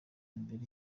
mbere